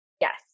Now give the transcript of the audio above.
Yes